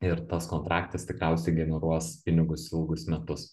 ir tas kontraktas tikriausiai generuos pinigus ilgus metus